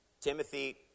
Timothy